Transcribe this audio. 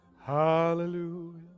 Hallelujah